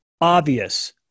obvious